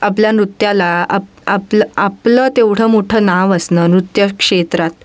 आपल्या नृत्याला आप आपलं आपलं तेवढं मोठं नाव असणं नृत्य क्षेत्रात